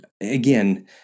again